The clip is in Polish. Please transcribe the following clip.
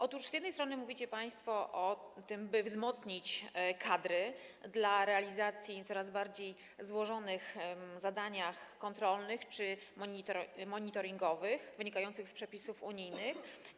Otóż z jednej strony mówicie państwo o tym, by wzmocnić kadry w celu realizacji coraz bardziej złożonych zadań kontrolnych czy monitoringowych wynikających z przepisów unijnych.